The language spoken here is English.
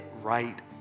right